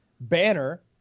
banner